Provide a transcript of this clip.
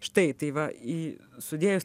štai tai va į sudėjus